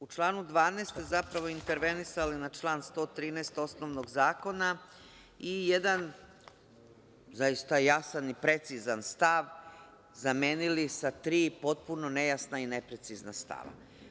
U članu 12. smo zapravo intervenisali na član 113. osnovnog zakona i jedan, zaista jasan i precizan stav, zamenili sa tri potpuno nejasna i neprecizna stava.